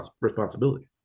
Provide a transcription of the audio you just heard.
responsibility